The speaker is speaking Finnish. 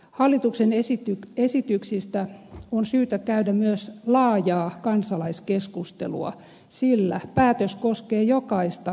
hallituksen esityksistä on syytä käydä myös laajaa kansalaiskeskustelua sillä päätös koskee jokaista maamme asukasta